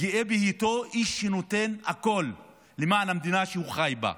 גאה בהיותו איש שנותן הכול למען המדינה שהוא חי בה.